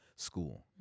school